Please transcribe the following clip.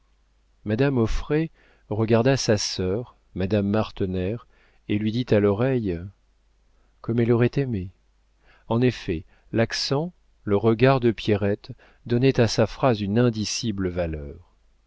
madame auffray regarda sa sœur madame martener et lui dit à l'oreille comme elle aurait aimé en effet l'accent le regard de pierrette donnaient à sa phrase une indicible valeur